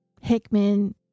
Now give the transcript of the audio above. Hickman